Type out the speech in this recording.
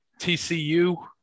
TCU